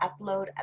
upload